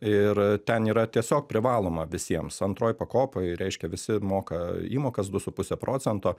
ir ten yra tiesiog privaloma visiems antroj pakopoj reiškia visi moka įmokas du su puse procento